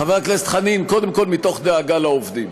חבר הכנסת חנין, קודם כול מתוך דאגה לעובדים.